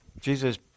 Jesus